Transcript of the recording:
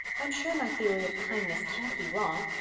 i'm sure my theory of kindness can't be wrong.